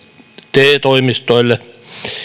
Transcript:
te toimistoille